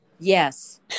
Yes